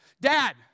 Dad